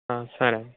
సరే